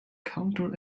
counter